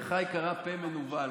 ולך היא קראה "פה מנוול",